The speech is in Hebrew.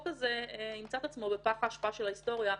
הזה ימצא את עצמו בפח האשפה של ההיסטוריה,